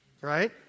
Right